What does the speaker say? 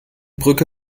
brücke